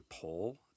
pull